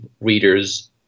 readers